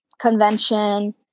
convention